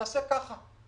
תעשה ככה.